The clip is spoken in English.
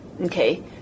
Okay